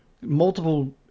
multiple